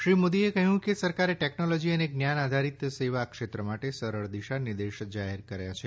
શ્રી મોદીએ કહ્યું કે સરકારે ટેકનોલોજી અને જ્ઞાન આધારીત સેવા ક્ષેત્ર માટે સરળ દીશા નિર્દેશ જાહેર કાર્ય છે